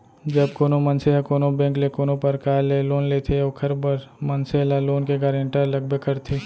जब कोनो मनसे ह कोनो बेंक ले कोनो परकार ले लोन लेथे ओखर बर मनसे ल लोन के गारेंटर लगबे करथे